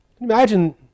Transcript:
Imagine